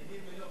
נהנים מנוף